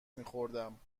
میخوردم